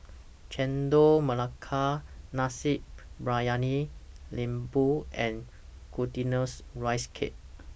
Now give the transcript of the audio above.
Chendol Melaka Nasi Briyani Lembu and Glutinous Rice Cake